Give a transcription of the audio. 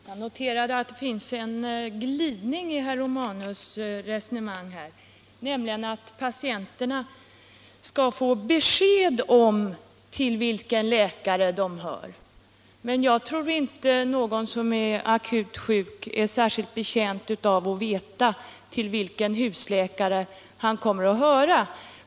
Herr talman! Jag noterade att det finns en glidning i herr Romanus resonemang här. Han säger nämligen att patienterna skall få besked om till vilken läkare de hör. Men jag tror inte att någon som är akut sjuk är särskilt betjänt av att veta till vilken husläkare han hör.